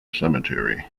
cemetery